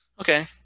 okay